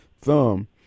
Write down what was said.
thumb